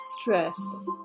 stress